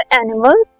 animals